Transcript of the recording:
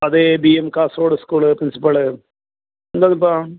അതെ V M Kasaragod school principal എന്താണ്പ്പാ